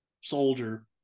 soldier